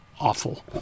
awful